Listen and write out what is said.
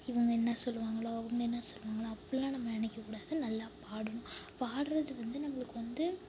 இவங்க என்ன சொல்வாங்களோ அவங்க என்ன சொல்வாங்களோ அப்படிலாம் நம்ம நினைக்ககூடாது நல்லா பாடணும் பாடுறது வந்து நம்மளுக்கு வந்து